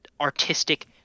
artistic